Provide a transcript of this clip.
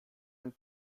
ein